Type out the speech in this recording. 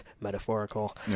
metaphorical